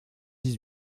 dix